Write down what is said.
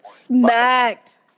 Smacked